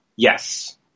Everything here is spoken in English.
Yes